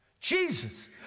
Jesus